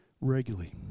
Regularly